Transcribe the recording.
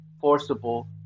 forcible